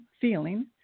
feeling